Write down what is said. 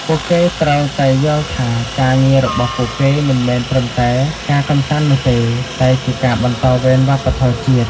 ពួកគេត្រូវតែយល់ថាការងាររបស់ពួកគេមិនមែនត្រឹមតែការកម្សាន្តនោះទេ តែជាការបន្តវេនវប្បធម៌ជាតិ។